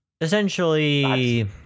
essentially